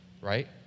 right